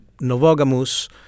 novogamous